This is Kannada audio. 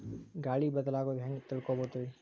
ಗಾಳಿ ಬದಲಾಗೊದು ಹ್ಯಾಂಗ್ ತಿಳ್ಕೋಳೊದ್ರೇ?